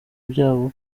byabo